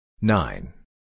Nine